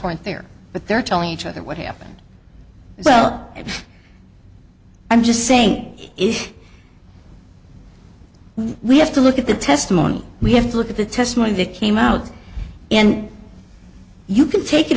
weren't there but they're telling each other what happened well and i'm just saying if we have to look at the testimony we have to look at the testimony that came out and you can take it